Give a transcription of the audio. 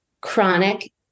chronic